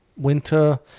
winter